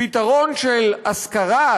פתרון של השכרה,